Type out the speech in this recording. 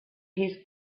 his